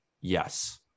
Yes